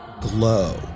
glow